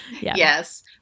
Yes